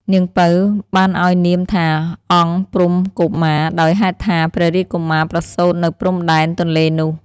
នាង ពៅ បានឲ្យនាមថា អង្គព្រំកុមារ ដោយហេតុថា ព្រះរាជកុមារប្រសូត៍នៅព្រំដែនទនេ្លនោះ។